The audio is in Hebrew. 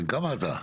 בן כמה אתה?